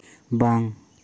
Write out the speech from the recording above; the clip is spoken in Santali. ᱵᱟᱝ